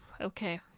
Okay